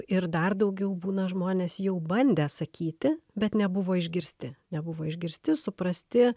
ir dar daugiau būna žmonės jau bandę sakyti bet nebuvo išgirsti nebuvo išgirsti suprasti